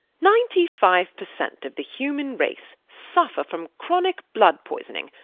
ninety-five per cent of the human race suffer from chronic blood-poisoning,